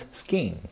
skin